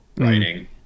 writing